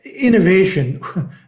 innovation